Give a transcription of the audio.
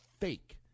fake